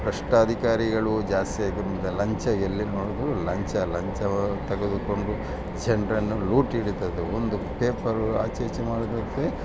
ಭ್ರಷ್ಟ ಅಧಿಕಾರಿಗಳು ಜಾಸ್ತಿಯಾಗಿದೆ ಲಂಚ ಎಲ್ಲಿ ನೋಡಿದರು ಲಂಚ ಲಂಚವನ್ ತೆಗೆದುಕೊಂಡು ಜನರನ್ನು ಲೂಟಿ ಹೊಡಿತಾ ಇದೆ ಒಂದು ಪೇಪರ್ ಆಚೆ ಈಚೆ ಮಾಡುವುದಕ್ಕೆ